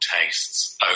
tastes